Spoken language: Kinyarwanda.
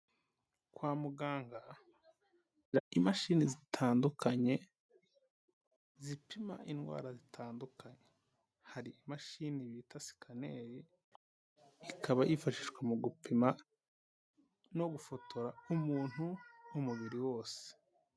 Kwa muganga bagira imashini zitandukanye zipima indwara zitandukanye, hari imashini bita sikaneri ikaba yifashishwa mu gupima no gufotora umuntu umubiri wose.